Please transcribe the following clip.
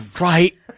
right